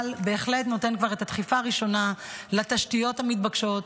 אבל זה בהחלט נותן כבר את הדחיפה הראשונה לתשתיות המתבקשות,